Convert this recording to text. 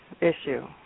issue